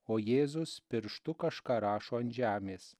o jėzus pirštu kažką rašo ant žemės